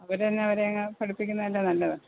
അവരുതന്നെ അവരെയങ്ങ് പഠിപ്പിക്കുന്നതല്ലേ നല്ലത്